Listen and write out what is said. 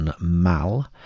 Mal